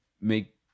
Make